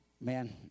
man